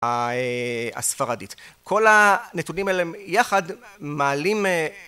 הספרדית. כל הנתונים האלה יחד מעלים